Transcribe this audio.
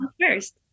first